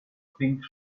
pink